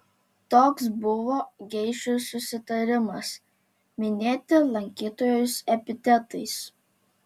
toks buvo geišų susitarimas minėti lankytojus epitetais